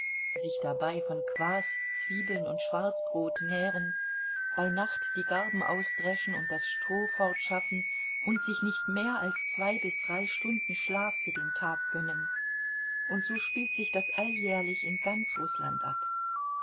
sich dabei von kwaß zwiebeln und schwarzbrot nähren bei nacht die garben ausdreschen und das stroh fortschaffen und sich nicht mehr als zwei bis drei stunden schlaf für den tag gönnen und so spielt sich das alljährlich in ganz rußland ab